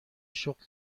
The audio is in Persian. شغل